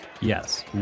Yes